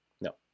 No